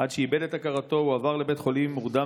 עד שאיבד הכרתו והועבר לבית חולים מורדם